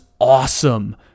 awesome